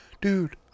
dude